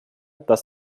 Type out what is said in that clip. das